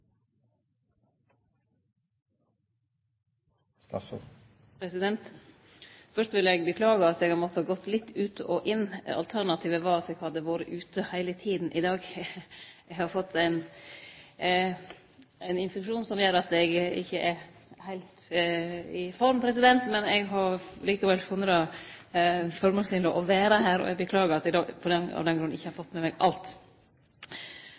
Først vil eg beklage at eg har måtta gå litt ut og inn av salen. Alternativet var at eg hadde vore borte i heile dag. Eg har fått ein infeksjon som gjer at eg ikkje er heilt i form, men eg har likevel funne det føremålstenleg å vere her. Eg beklagar at eg av den grunn ikkje har fått med meg alt.